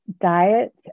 diet